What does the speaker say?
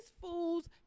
fools